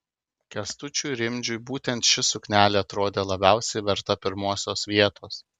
kęstučiui rimdžiui būtent ši suknelė atrodė labiausiai verta pirmosios vietos